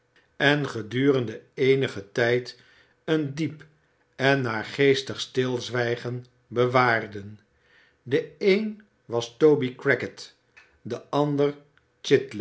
en gedurende eenigen tijd een diep en naargeestig stilzwijgen bewaarden de een was toby crackit de ander